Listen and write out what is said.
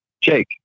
Jake